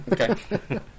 Okay